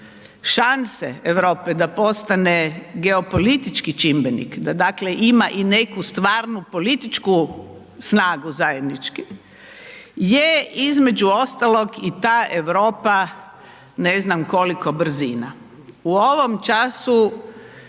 šanse Europe da postane geopolitički čimbenik, da dakle ima i neku stvarnu političku snagu zajednički je između ostalog i ta Europa ne znam koliko brzina, u ovom času